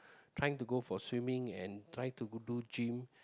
trying to go for swimming and trying to do gym